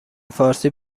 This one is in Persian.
فارسی